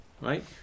Right